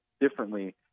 differently